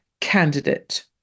Candidate